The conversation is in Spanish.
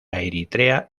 eritrea